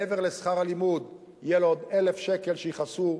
מעבר לשכר הלימוד יהיו לו עוד 1,000 שקל שיכסו,